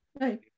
right